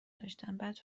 داشتن، بعد